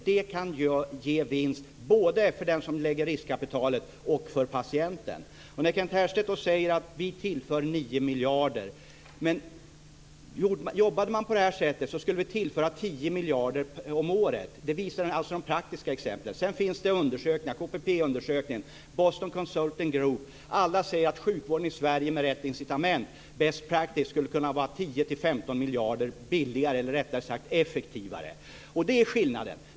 Det kan ge vinst både för den som lägger ut riskkapitalet och för patienten. Kent Härstedt säger att 9 miljarder tillförs. Men om man jobbade på nämnda sätt skulle 10 miljarder om året tillföras. Det visar de praktiska exemplen på. Det finns olika undersökningar - det kan gälla KPP undersökningen eller Boston Consulting Group - och alla säger att sjukvården i Sverige med de rätta incitamenten i praktiken som bäst skulle kunna vara så att säga 10-15 miljarder billigare, eller rättare sagt effektivare. Det är skillnaden.